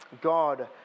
God